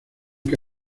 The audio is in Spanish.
que